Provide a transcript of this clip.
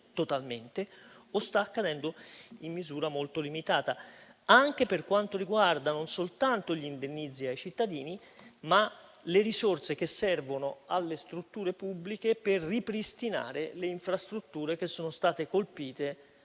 o sta accadendo in misura molto limitata, per quanto riguarda non soltanto gli indennizzi ai cittadini, ma anche le risorse che servono alle strutture pubbliche per ripristinare le infrastrutture che sono state colpite